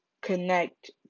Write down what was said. connect